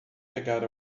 pegar